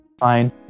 fine